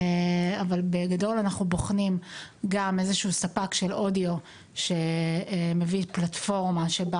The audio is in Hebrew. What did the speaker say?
אבל בגדול אנחנו בוחנים ספק של אודיו שמביא פלטפורמה שבה